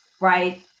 right